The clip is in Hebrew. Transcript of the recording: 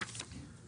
התיקון.